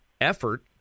effort